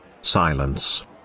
Silence